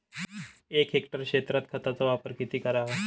एक हेक्टर क्षेत्रात खताचा वापर किती करावा?